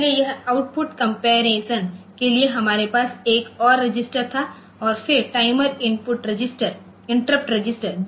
इसलिए इस output comparison के लिए हमारे पास एक और रजिस्टर था और फिर टाइमर इंटरप्ट रजिस्टर